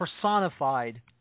personified